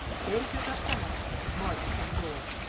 ben took up the hat and marched to the door.